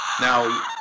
now